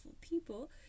people